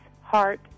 Heart